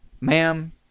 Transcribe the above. Ma'am